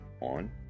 on